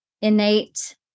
innate